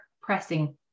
pressing